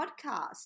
podcast